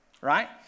right